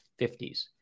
50s